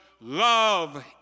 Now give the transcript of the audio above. love